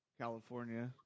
California